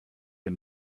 and